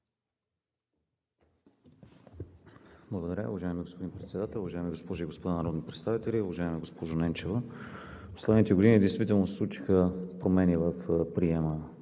Благодаря. Уважаеми господин Председател, уважаеми госпожи и господа народни представители! Уважаема госпожо Ненчева, в последните години действително се случиха промени в приема